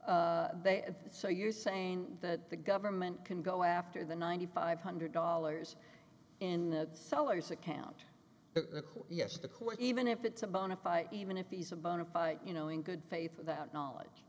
they so you're saying that the government can go after the ninety five hundred dollars in the seller's account yes the court even if it's a bona fide even if he's a bona fide you know in good faith without knowledge